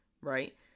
right